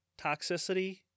toxicity